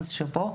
שאפו.